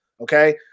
Okay